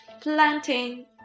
planting